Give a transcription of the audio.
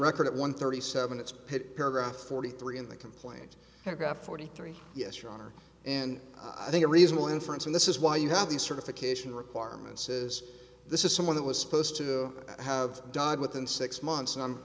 record at one thirty seven it's pitt paragraph forty three in the complaint aircraft forty three yes your honor and i think a reasonable inference from this is why you have the certification requirements is this is someone that was supposed to have died within six months and